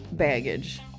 baggage